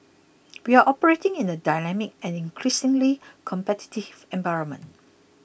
we are operating in a dynamic and increasingly competitive environment